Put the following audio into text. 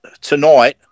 tonight